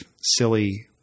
silly